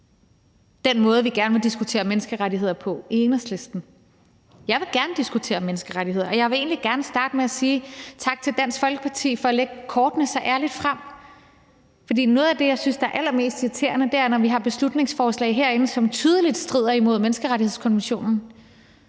den måde, vi gerne vil diskutere menneskerettigheder på i Enhedslisten. Jeg vil gerne diskutere menneskerettigheder, og jeg vil egentlig gerne starte med at sige tak til Dansk Folkeparti for at lægge kortene så ærligt frem, for noget af det, jeg synes er allermest irriterende, er, når vi har beslutningsforslag herinde, som tydeligt strider imod menneskerettighedskonventionen,